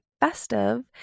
festive